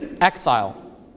exile